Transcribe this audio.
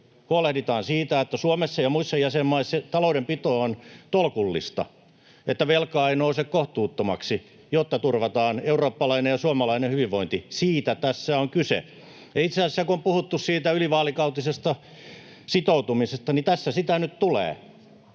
huolehditaan siitä, että Suomessa ja muissa jäsenmaissa taloudenpito on tolkullista ja että velka ei nouse kohtuuttomaksi, jotta turvataan eurooppalainen ja suomalainen hyvinvointi. Siitä tässä on kyse. Ja itse asiassa, kun on puhuttu siitä ylivaalikautisesta sitoutumisesta, niin tässä sitä nyt tulee.